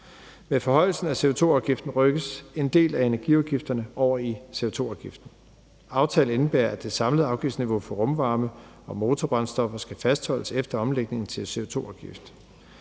Med forhøjelsen af CO2-afgiften rykkes en del af energiudgifterne over i CO2-afgiften. Kl. 22:47 Aftalen indebærer, at det samlede afgiftsniveau for rumvarme og motorbrændstoffer skal fastholdes efter omlægningen til CO2-afgift.